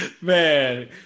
Man